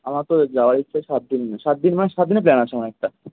আমার তো যাওয়ার ইচ্ছা সাত দিন সাত দিন নয় সাত দিনের যাওয়া আসার একটা